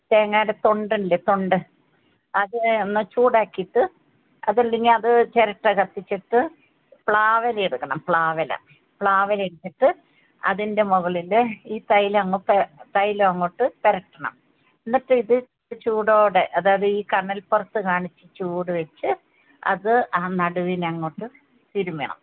തേങ്ങയുടെ തൊണ്ടില്ലേ തൊണ്ട് അത് ഒന്ന് ചൂടാക്കിയിട്ട് അതല്ലെങ്കിൽ അത് ചിരട്ട കത്തിച്ചിട്ട് പ്ലാവില എടുക്കണം പ്ലാവില പ്ലാവില എടുത്തിട്ട് അതിൻറ്റെ മുകളില് ഈ തൈലം അങ്ങോട്ട് തൈലം അങ്ങോട്ട് പുരട്ടണം എന്നിട്ട് ഇത് ചൂടോടെ അതായത് ഈ കനല് പുറത്ത് കാണിച്ച് ചൂട് വെച്ച് അത് ആ നടുവിന് അങ്ങോട്ട് തിരുമ്മണം